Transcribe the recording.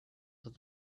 with